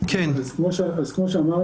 אז כמו שאמרנו,